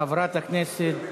חברת הכנסת